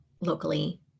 locally